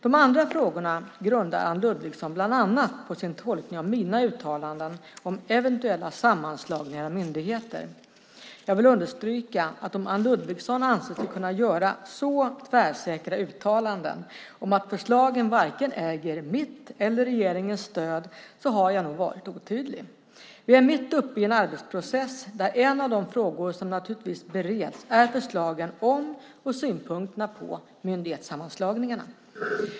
De andra frågorna grundar Anne Ludvigsson bland annat på sin tolkning av mina uttalanden om eventuella sammanslagningar av myndigheter. Jag vill understryka att om Anne Ludvigsson anser sig kunna göra så tvärsäkra uttalanden om att förslagen varken äger mitt eller regeringens stöd har jag nog varit otydlig. Vi är mitt uppe i en arbetsprocess där en av de frågor som naturligtvis bereds är förslagen om och synpunkterna på myndighetssammanslagningarna.